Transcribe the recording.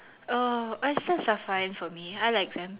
oh oysters are fine for me I like them